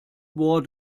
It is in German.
bor